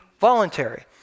voluntary